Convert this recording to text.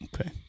okay